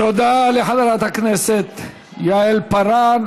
תודה לחברת הכנסת יעל פארן.